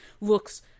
looks